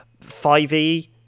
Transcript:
5e